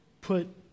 put